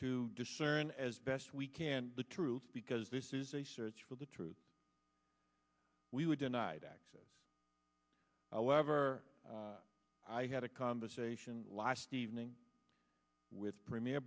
to discern as best we can the truth because this is a search for the truth we were denied access however i had a conversation last evening with premier